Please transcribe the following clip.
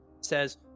says